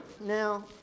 Now